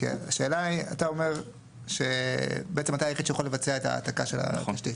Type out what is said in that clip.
אתה בעצם אומר שאתה היחיד שיכול לבצע העתקה של התשתית.